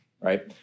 right